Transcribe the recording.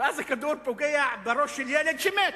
ואז הכדור פוגע בראש של ילד, שמת.